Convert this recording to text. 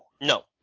No